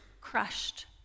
crushed